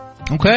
Okay